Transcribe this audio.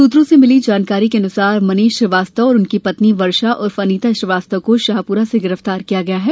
सूत्रों से मिली जानकारी के अनुसार मनीष श्रीवास्तव और उनकी पत्नी वर्षा उर्फ अनीता श्रीवास्तव को शाहपुरा से गिरफ्तार किया गया है